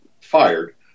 fired